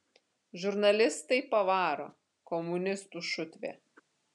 žurnalistai pavaro komunistų šutvė